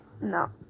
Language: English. No